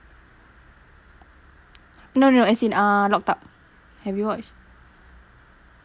no no I seen uh locked up have you watched